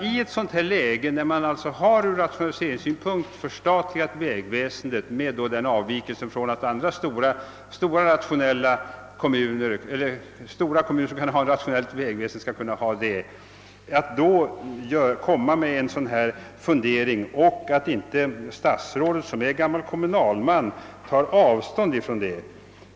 I rationaliseringssyfte har man alltså förstatligat vägväsendet, med den avvikelsen att stora kommuner, som kan bedriva en rationell vägverksamhet, själva får göra det. Jag tycker att det i detta läge är underligt att sådana tankegångar förs fram som vägverket yppat och att inte statsrådet som gammal kommunalman tar avstånd från dem.